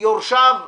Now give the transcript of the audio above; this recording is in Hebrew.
יורשיו --- לא,